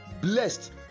Blessed